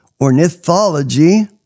ornithology